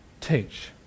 teach